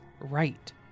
right